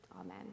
Amen